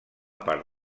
part